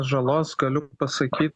žalos galiu pasaky